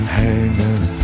hanging